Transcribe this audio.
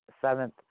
seventh